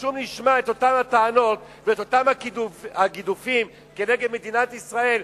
ושוב נשמע את אותן הטענות ואותם הגידופים כנגד מדינת ישראל,